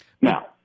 Now